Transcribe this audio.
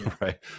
right